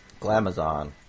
Glamazon